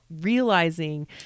realizing